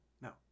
No